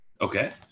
Okay